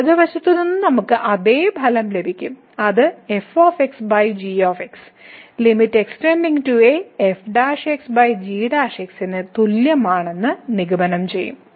ഇടത് വശത്ത് നിന്ന് നമുക്ക് അതേ ഫലം ലഭിക്കും അത് ന് തുല്യമാണെന്ന് നിഗമനം ചെയ്യും